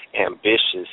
ambitious